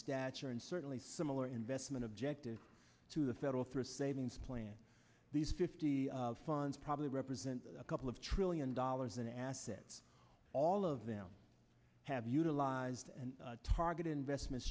stature and certainly similar investment objectives to the federal thrift savings plan these fifty funds probably represent a couple of trillion dollars in assets all of them have utilized and targeted investment